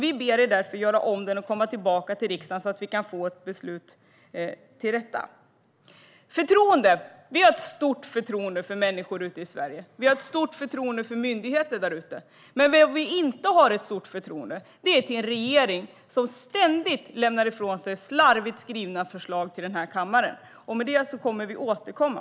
Vi ber er därför att göra om den och komma tillbaka till riksdagen så att vi kan få till stånd ett beslut. Vi har stort förtroende för människor ute i Sverige. Vi har stort förtroende för myndigheter där ute. Men vi har inte stort förtroende för en regering som ständigt lämnar ifrån sig slarvigt skrivna förslag i denna kammare. Vi kommer att återkomma.